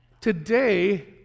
Today